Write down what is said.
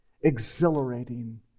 exhilarating